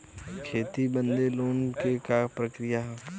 खेती बदे लोन के का प्रक्रिया ह?